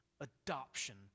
Adoption